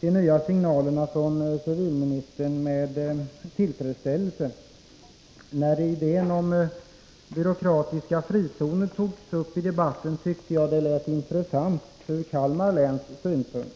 de nya signalerna från civilministern med tillfredsställelse. När idén om byråkratiska frizoner togs upp i debatten, tyckte jag det lät intressant ur Kalmar läns synpunkt.